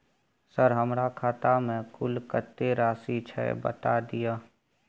Sir हमरा खाता में कुल कत्ते राशि छै बता दिय?